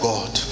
God